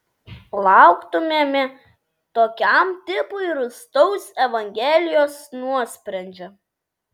lauktumėme tokiam tipui rūstaus evangelijos nuosprendžio